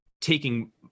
taking